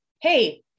Hey